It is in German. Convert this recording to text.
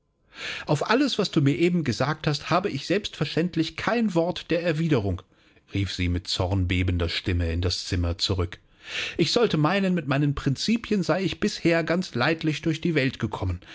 auf alles was du mir eben gesagt hast habe ich selbstverständlich kein wort der erwiderung rief sie mit zornbebender stimme in das zimmer zurück ich sollte meinen mit meinen prinzipien sei ich bisher ganz leidlich durch die welt gekommen